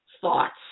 thoughts